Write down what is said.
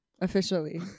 officially